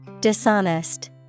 Dishonest